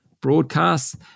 broadcasts